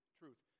truth